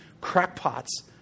crackpots